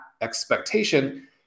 expectation